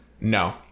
no